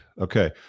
Okay